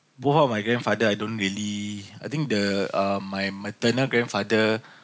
both of my grandfather I don't really I think the um my maternal grandfather